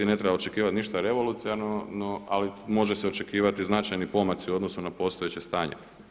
Ne treba očekivati ništa revolucionarno ali može se očekivati značajni pomaci u odnosu na postojeće stanje.